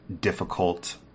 difficult